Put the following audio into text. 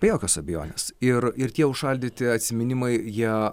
be jokios abejonės ir ir tie užšaldyti atsiminimai jie